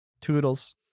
Toodles